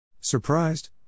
Surprised